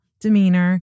demeanor